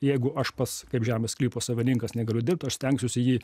jeigu aš pats kaip žemės sklypo savininkas negaliu dirbt aš stengsiuosi jį